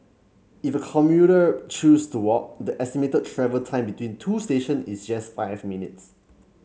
if a commuter choose to walk the estimated travel time between two station is just five minutes